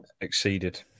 Exceeded